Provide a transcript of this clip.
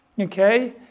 okay